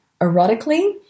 erotically